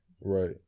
Right